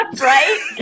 Right